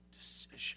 decision